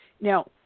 Now